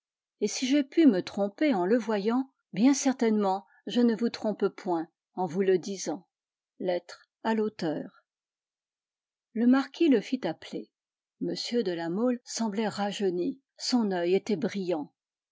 et si j'ai pu me tromper en le voyant bien certainement je ne vous trompe point en vous le disant lettre à l'auteur le marquis le fit appeler m de la mole semblait rajeuni son oeil était brillant